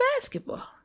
basketball